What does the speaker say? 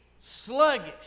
sluggish